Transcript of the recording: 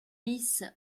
bis